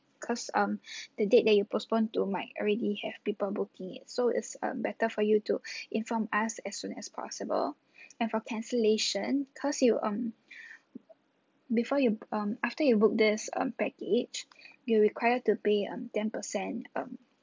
because um the date that you postpone to might already have people booking it so it's um better for you to inform us as soon as possible and for cancellation because you um before you um after you book this um package you require to pay um ten percent um